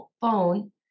phone